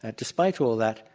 ah despite all that,